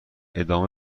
ادامه